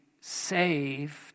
saved